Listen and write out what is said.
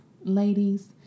ladies